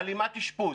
הלימת אשפוז